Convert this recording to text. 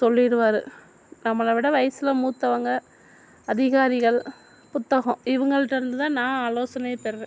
சொல்லிவிடுவாரு நம்மளைவிட வயசில் மூத்தவங்க அதிகாரிகள் புத்தகம் இவங்கள்ட்டேருந்துதா நான் ஆலோசனை பெருகிறேன்